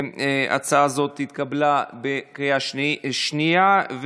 ההצעה הזאת התקבלה בקריאה שנייה.